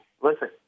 listen